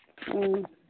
ꯎꯝ